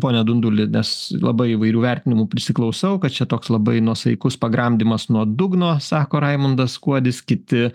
pone dunduli nes labai įvairių vertinimų prisiklausau kad čia toks labai nuosaikus pagramdimas nuo dugno sako raimundas kuodis kiti